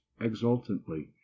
exultantly